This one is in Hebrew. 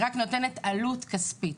היא רק נותנת עלות כספית.